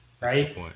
Right